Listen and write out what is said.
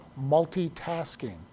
multitasking